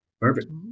Perfect